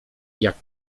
jak